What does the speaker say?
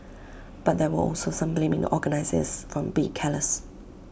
but there were also some blaming the organisers for being careless